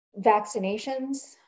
Vaccinations